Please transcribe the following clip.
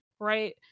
right